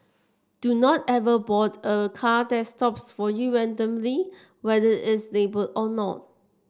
do not ever board a car that stops for you randomly whether it's labelled or not